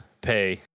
pay